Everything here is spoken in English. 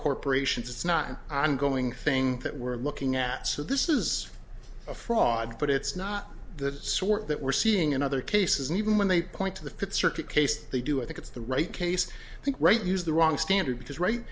corporations it's not an ongoing thing that we're looking at so this is a fraud but it's not the sort that we're seeing in other cases and even when they point to the fifth circuit case they do i think it's the right case i think right use the wrong standard because right